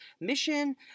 mission